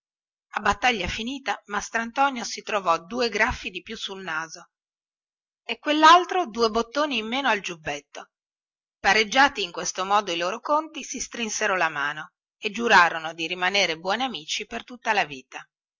a battaglia finita mastrantonio si trovo due graffi di più sul naso e quellaltro due bottoni di meno al giubbetto pareggiati in questo modo i loro conti si strinsero la mano e giurarono di rimanere buoni amici per tutta la vita